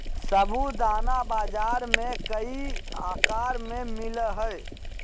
साबूदाना बाजार में कई आकार में मिला हइ